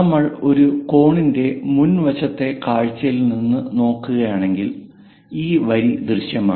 നമ്മൾ ഒരു കോണിന്റെ മുൻവശത്തെ കാഴ്ചയിൽ നിന്ന് നോക്കുകയാണെങ്കിൽ ഈ വരി ദൃശ്യമാണ്